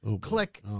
click